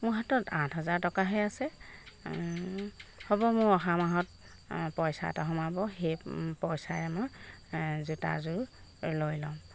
মোৰ হাতত আঠ হাজাৰ টকাহে আছে হ'ব মই অহা মাহত পইচা এটা সোমাব সেই পইচাৰে মই জোতাযোৰ এই লৈ ল'ম